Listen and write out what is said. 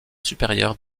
supérieure